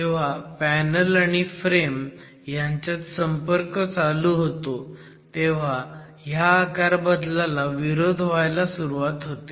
जेव्हा पॅनल आणि फ्रेम ह्याच्यात संपर्क चालू होतो तेव्हा ह्या आकारबदलाला विरोध व्हायला सुरुवात होते